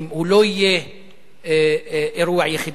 לא יהיה אירוע יחידי,